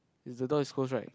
the door is closed right